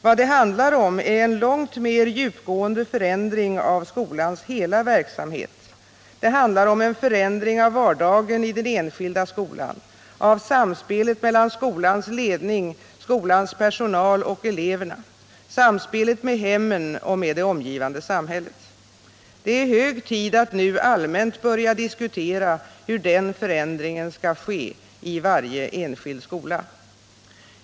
Vad det handlar om är en långt mer djupgående förändring av skolans hela verksamhet; det handlar om en förändring av vardagen i den enskilda skolan, av samspelet mellan skolans ledning, skolans personal och eleverna, samspelet med hemmen och med det omgivande samhället. Det är hög tid att nu allmänt börja diskutera hur denna förändring skall ske i varje enskild skola.